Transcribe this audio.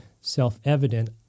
self-evident